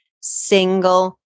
single